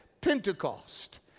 Pentecost